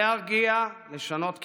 להרגיע, לשנות כיוון.